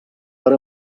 per